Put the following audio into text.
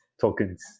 tokens